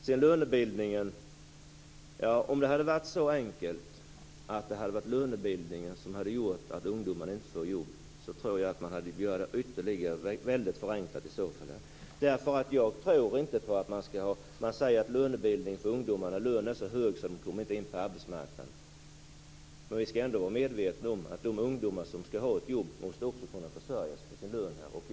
Jag tror att det är att förenkla det ytterligare att säga det är lönebildningen som har gjort att ungdomarna inte får jobb. Man säger att lönen för ungdomarna är så hög att de inte kommer in på arbetsmarknaden. Men vi skall ändå vara medvetna om att de ungdomar som skall ha ett jobb också måste kunna försörja sig på sin lön.